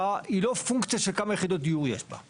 היא לא פונקציה של כמה יחידות דיור יש בה,